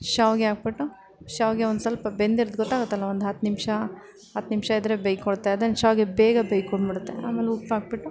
ಶಾವಿಗೆ ಹಾಕ್ಬಿಟ್ಟು ಶಾವಿಗೆ ಒಂದ್ಸಲ್ಪ ಬೆಂದಿರೋದು ಗೊತ್ತಾಗುತ್ತಲ್ಲ ಒಂದು ಹತ್ತು ನಿಮಿಷ ಹತ್ತು ನಿಮಿಷ ಇದ್ದರೆ ಬೇಯ್ಕೊಳ್ಳುತ್ತೆ ಅದನ್ನ ಶಾವಿಗೆ ಬೇಗ ಬೇಯ್ಕೊಂಡ್ಬಿಡುತ್ತೆ ಆಮೇಲೆ ಉಪ್ಪು ಹಾಕ್ಬಿಟ್ಟು